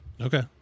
Okay